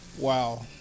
wow